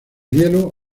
hielo